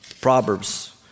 Proverbs